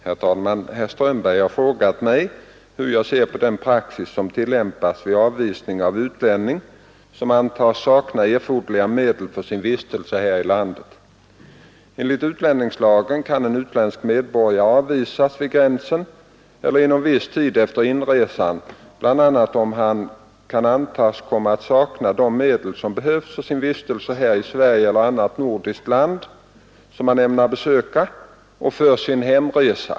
Herr talman! Herr Strömberg har frågat mig hur jag ser på den praxis som tillämpas vid avvisning av utlänning som antas sakna erforderliga medel för sin vistelse här i landet. Enligt utlänningslagen kan en utländsk medborgare avvisas vid gränsen eller inom viss tid efter inresan bl.a. om han kan antas komma att sakna de medel han behöver för sin vistelse här i Sverige eller annat nordiskt land, som han ämnar besöka, och för sin hemresa.